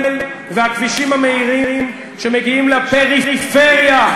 והכבישים המהירים שמגיעים לפריפריה,